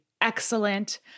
excellent